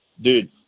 dude